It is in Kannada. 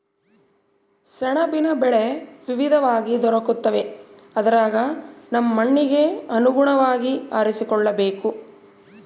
ಸೆಣಬಿನ ಬೆಳೆ ವಿವಿಧವಾಗಿ ದೊರಕುತ್ತವೆ ಅದರಗ ನಮ್ಮ ಮಣ್ಣಿಗೆ ಅನುಗುಣವಾಗಿ ಆರಿಸಿಕೊಳ್ಳಬೇಕು